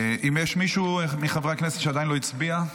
האם יש מישהו מחברי הכנסת שעדיין לא הצביע?